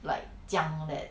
like 讲 that